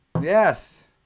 Yes